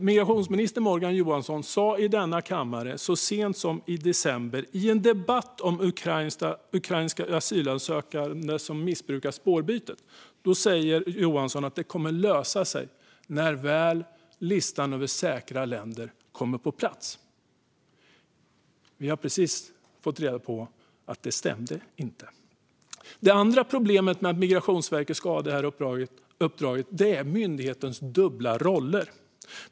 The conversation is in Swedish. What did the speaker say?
Migrationsminister Morgan Johansson sa i denna kammare så sent som i december i fjol, i en debatt om ukrainska asylsökande som missbrukar spårbytet, att detta kommer att lösa sig när listan över säkra länder väl kommer på plats. Vi har precis fått reda på att det inte stämde. Det andra problemet med att Migrationsverket ska ha detta uppdrag är myndighetens dubbla roller.